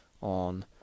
on